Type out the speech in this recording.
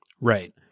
right